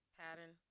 pattern